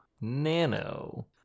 Nano